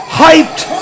hyped